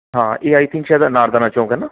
ਹਾਂ ਇਹ I think ਸ਼ਾਇਦ ਅਨਾਰਦਾਨਾ ਚੌਂਕ ਹੈ ਨਾ